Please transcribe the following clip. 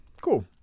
Cool